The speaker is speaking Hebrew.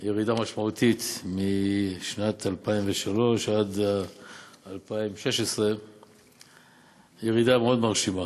ירידה משמעותית משנת 2003 עד שנת 2016. ירידה מאוד מרשימה.